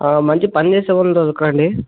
మంచి పని చేసే వాళ్ళని తోలుకురండి